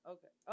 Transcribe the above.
Okay